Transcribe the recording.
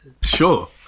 Sure